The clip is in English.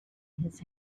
his